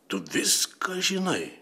tu viską žinai